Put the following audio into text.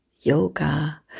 yoga